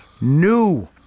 New